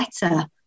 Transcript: better